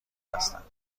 هستم